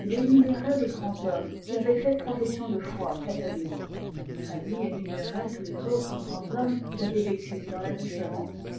il énumérait les grands hommes qui avaient fait profession de foi catholique fanny énumérait tous les autres grands hommes qui avaient vécu dans l'indifférence